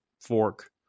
fork